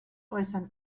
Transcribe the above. äußern